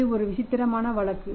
இது ஒரு விசித்திரமான வழக்கு